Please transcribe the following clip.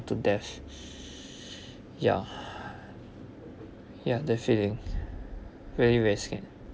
to death ya ya that feeling very very sad